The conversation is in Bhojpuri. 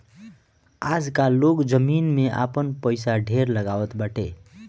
आजकाल लोग जमीन में आपन पईसा ढेर लगावत बाटे